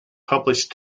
published